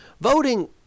voting